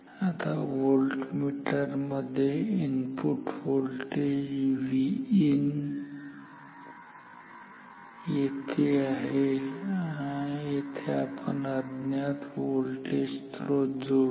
आता व्होल्टमीटर मध्ये हा इनपुट व्होल्टेज आहे येथे आपण अज्ञात स्त्रोत जोडू